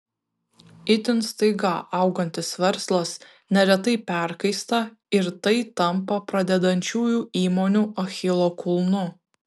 itin staiga augantis verslas neretai perkaista ir tai tampa pradedančiųjų įmonių achilo kulnu